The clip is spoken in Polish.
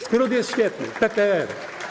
Skrót jest świetny - PPR.